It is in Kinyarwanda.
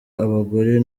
abagore